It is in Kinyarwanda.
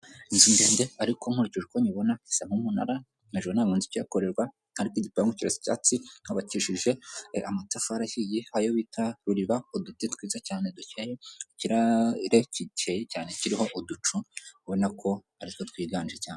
Inzu ndende ariko nkurikije uko nyibona isa nk'umunara hejuru ntabwo nzi ikihakorerwa ariko igipangu kirasa icyatsi, humakishije amatafari ahiye ariyo bita ruriba, uduti twiza cyane dukeya, ikirere kiza cyane kiriho uducu ubona ko aritwo twiganje cyane.